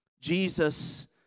Jesus